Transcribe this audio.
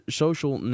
social